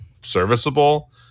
serviceable